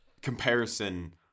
comparison